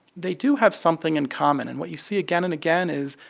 they do have something in common. and what you see again and again is,